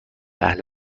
اهل